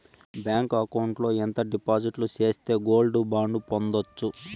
Bank account లో ఎంత డిపాజిట్లు సేస్తే గోల్డ్ బాండు పొందొచ్చు?